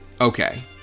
Okay